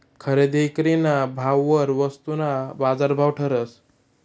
खरेदी ईक्रीना भाववर वस्तूना बाजारभाव ठरस